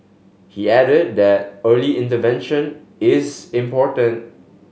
he added that early intervention is important